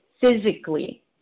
physically